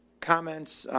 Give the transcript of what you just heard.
comments.